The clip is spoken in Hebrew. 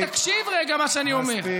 תקשיב רגע למה שאני אומר.